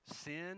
Sin